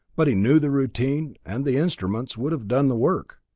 but he knew the routine, and the instruments would have done the work.